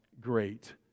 great